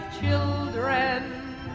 children